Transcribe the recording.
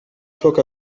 took